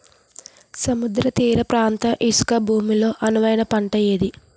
సముద్ర తీర ప్రాంత ఇసుక భూమి లో అనువైన పంట ఏది?